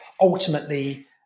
ultimately